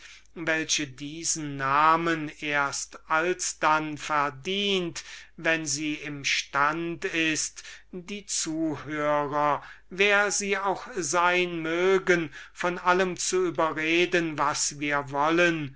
welche diesen namen erst alsdann verdient wenn sie im stand ist die zuhörer wer sie auch sein mögen von allem zu überreden was wir wollen